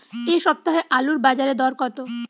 এ সপ্তাহে আলুর বাজারে দর কত?